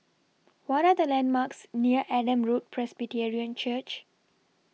What Are The landmarks near Adam Road Presbyterian Church